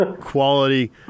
Quality